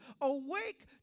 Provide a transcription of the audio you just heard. Awake